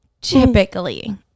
typically